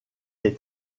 est